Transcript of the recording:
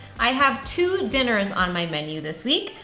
i have two dinners on my menu this week,